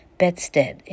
bedstead